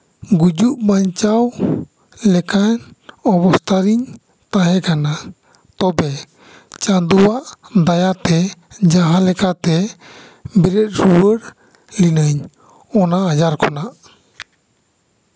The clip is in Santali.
ᱜᱩᱡᱩᱜ ᱵᱟᱧᱪᱟᱣ ᱞᱮᱠᱟᱱ ᱚᱵᱚᱥᱛᱷᱟ ᱨᱤᱧ ᱛᱟᱦᱮᱸ ᱠᱟᱱᱟ ᱛᱚᱵᱮ ᱪᱟᱸᱫᱳᱣᱟᱜ ᱫᱟᱭᱟᱛᱮ ᱡᱟᱦᱟᱸ ᱞᱮᱠᱟᱛᱮ ᱵᱮᱨᱮᱛ ᱨᱩᱣᱟᱹᱲ ᱞᱮᱱᱟᱹᱧ ᱚᱱᱟ ᱟᱡᱟᱨ ᱠᱷᱚᱱᱟᱜ